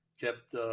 kept